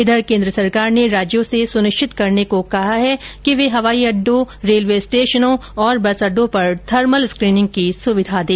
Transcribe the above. उधर केन्द्र सरकार ने राज्यों से सुनिश्चित करने को कहा गया है कि वे हवाई अड्डों रेलवे स्टेशनों तथा बस अड्डों पर थर्मल स्क्रीनिंग की सुविधा दें